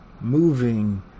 moving